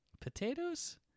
Potatoes